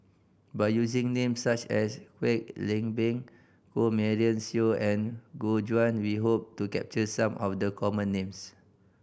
by using names such as Kwek Leng Beng Jo Marion Seow and Gu Juan we hope to capture some of the common names